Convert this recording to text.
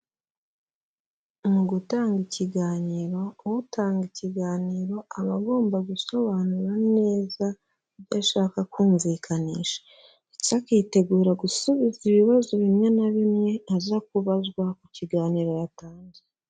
Mu gutanga ikiganiro, utanga ikiganiro aba agomba gusobanura neza ibyo ashaka kumvikanisha ndetse akitegura gusubiza ibibazo bimwe na bimwe aza kubazwa ku kiganiro yatanze.